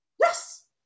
Yes